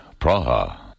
Praha